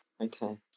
Okay